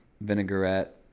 vinaigrette